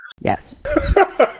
Yes